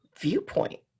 Viewpoint